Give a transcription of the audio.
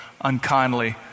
unkindly